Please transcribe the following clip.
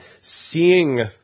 seeing